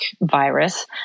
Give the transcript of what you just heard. virus